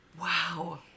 Wow